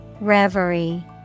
Reverie